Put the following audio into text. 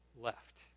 left